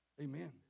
Amen